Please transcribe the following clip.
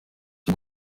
cyo